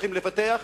הולכים לפתח,